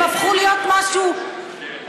הם הפכו להיות משהו נדיר.